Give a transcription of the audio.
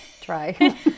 try